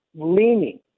leaning